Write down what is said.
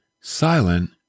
silent